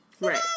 Right